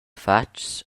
fatgs